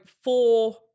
four